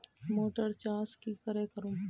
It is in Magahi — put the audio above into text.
मोटर चास की करे करूम?